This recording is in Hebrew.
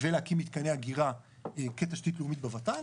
ולהקים מתקני אגירה כתשתית לאומית בות"ל,